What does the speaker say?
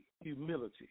Humility